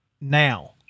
now